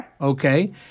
Okay